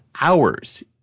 hours